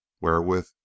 wherewith